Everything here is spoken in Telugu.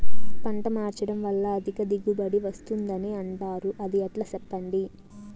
పంట మార్చడం వల్ల అధిక దిగుబడి వస్తుందని అంటారు అది ఎట్లా సెప్పండి